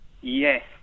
Yes